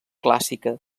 clàssica